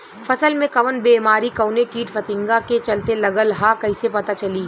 फसल में कवन बेमारी कवने कीट फतिंगा के चलते लगल ह कइसे पता चली?